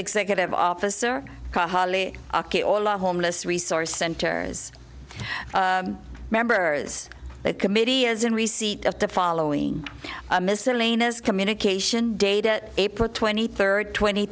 executive officer holly homeless resource centers members the committee is in receipt of the following miscellaneous communication data april twenty third twenty